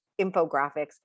infographics